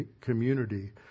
community